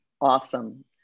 Awesome